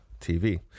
TV